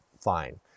fine